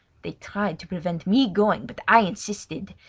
they tried to prevent me going, but i insisted.